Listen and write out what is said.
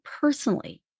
personally